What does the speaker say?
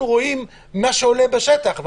רואים ממה שעולה בשטח -- בלשון המעטה.